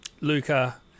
Luca